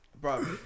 bro